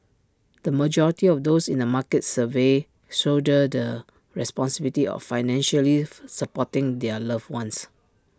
the majority of those in the markets surveyed shoulder the responsibility of financially supporting their loved ones